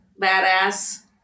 badass